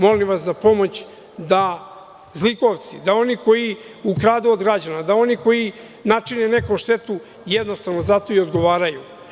Molim vas za pomoć da zlikovci, da oni koji ukradu od građana, da oni koji načine nekom štetu, jednostavno za to i odgovaraju.